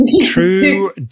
True